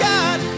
God